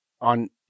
on